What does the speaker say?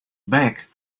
back